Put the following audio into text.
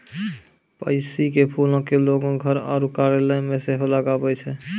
pansy के फूलो के लोगें घर आरु कार्यालय मे सेहो लगाबै छै